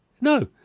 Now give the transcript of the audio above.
no